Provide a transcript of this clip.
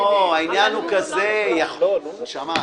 לא, העניין הוא כזה, נשמה.